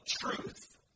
truth